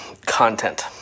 content